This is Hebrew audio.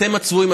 אתם הצבועים.